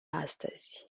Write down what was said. astăzi